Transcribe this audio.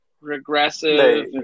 regressive